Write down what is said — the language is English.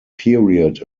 period